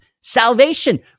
salvation